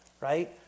right